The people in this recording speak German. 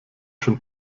schon